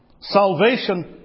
salvation